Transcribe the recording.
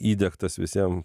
įdiegtas visiem